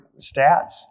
stats